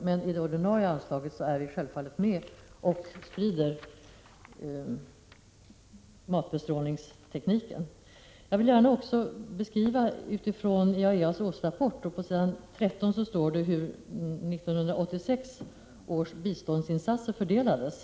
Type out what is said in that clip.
Via det ordinarie anslaget är vi självfallet med och sprider matbestrålningstekniken. Jag vill gärna utifrån IAEA:s årsrapport beskriva hur 1986 års biståndsinsatser fördelades.